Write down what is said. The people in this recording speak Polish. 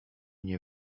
nie